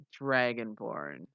dragonborn